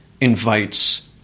invites